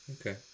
okay